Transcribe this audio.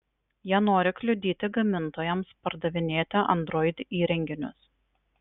jie nori kliudyti gamintojams pardavinėti android įrenginius